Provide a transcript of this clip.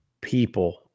people